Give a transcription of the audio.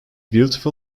beautiful